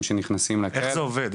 איך זה עובד?